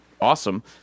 awesome